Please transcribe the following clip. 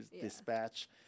dispatch